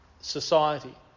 society